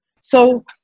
So-